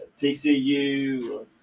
TCU